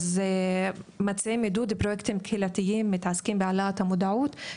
אז אנחנו מציעים עידוד פרויקטים קהילתיים שמתעסקים בהעלאת המודעות.